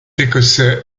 écossais